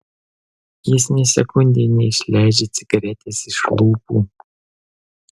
jis nė sekundei neišleidžia cigaretės iš lūpų